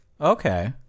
Okay